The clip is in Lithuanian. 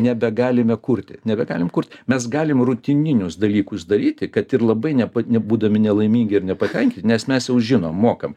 nebegalime kurti nebegalim kurti mes galime rutininius dalykus daryti kad ir labai nepa būdami nelaimingi ir nepakanka nes mes jau žinom mokam